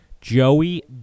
Joey